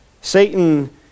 Satan